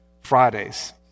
Fridays